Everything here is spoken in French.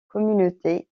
communauté